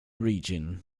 region